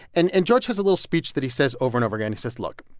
and and george has a little speech that he says over and over again. he says, look,